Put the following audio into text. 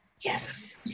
Yes